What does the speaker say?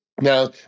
Now